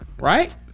right